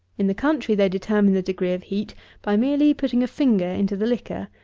in the country they determine the degree of heat by merely putting a finger into the liquor.